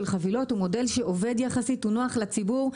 חבילות הוא מודל שעובד יחסית והוא נוח לציבור.